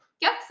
get